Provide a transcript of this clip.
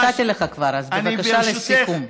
נתתי לך כבר, אז בבקשה, לסיכום.